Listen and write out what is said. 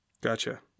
Gotcha